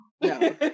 no